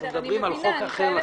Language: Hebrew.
אנחנו מדברים על חוק אחר לחלוטין.